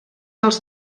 els